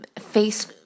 face